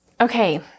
Okay